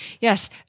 yes